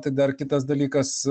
tai dar kitas dalykas